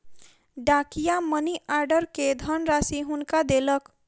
डाकिया money order के धनराशि हुनका देलक